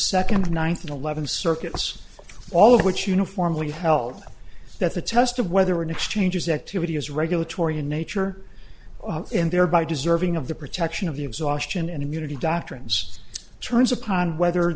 second ninth and eleven circuits all of which uniformly held that the test of whether an exchange is activity is regulatory in nature and thereby deserving of the protection of the exhaustion and immunity doctrines turns upon whether